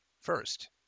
first